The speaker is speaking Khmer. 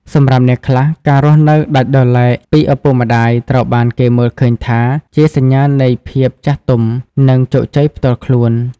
សម្រាប់អ្នកខ្លះ ការរស់នៅដាច់ដោយឡែកពីឪពុកម្តាយ ត្រូវបានគេមើលឃើញថាជាសញ្ញានៃភាពចាស់ទុំ និងជោគជ័យផ្ទាល់ខ្លួន។